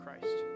Christ